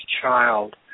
child